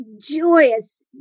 joyous